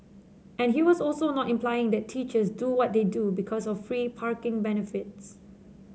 and he was also not implying that teachers do what they do because of free parking benefits